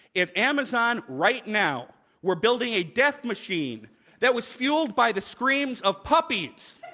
if amazon right now were building a death machine that was fueled by the screams of puppies